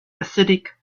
acidic